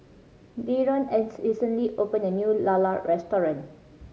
Deron recently opened a new lala restaurant